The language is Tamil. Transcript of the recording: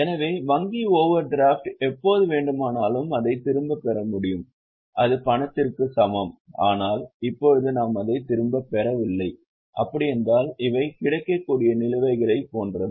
எனவே வங்கி ஓவர் டிராஃப்ட் எப்போது வேண்டுமானாலும் அதை திரும்பப் பெற முடியும் அது பணத்திற்கு சமம் ஆனால் இப்போது நாம் அதை திரும்பப் பெறவில்லை அப்படியென்றால் இவை கிடைக்கக்கூடிய நிலுவைகளைப் போன்றவை